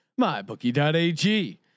MyBookie.ag